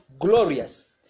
Glorious